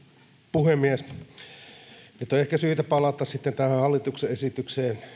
puhemies nyt on ehkä syytä palata sitten tähän hallituksen esitykseen